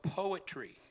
poetry